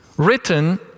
Written